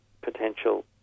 potential